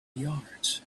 yards